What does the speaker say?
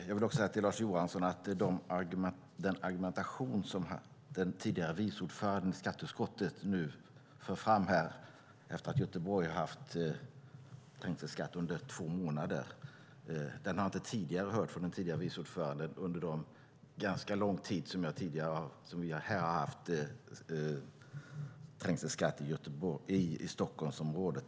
Jag vill också säga till Lars Johansson att den argumentation som den tidigare vice ordföranden i skatteutskottet nu för fram efter att Göteborg har haft trängselskatt under två månader har jag inte tidigare hört från den tidigare vice ordföranden under den ganska långa tid som vi har haft trängselskatt här i Stockholmsområdet.